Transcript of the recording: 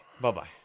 Bye-bye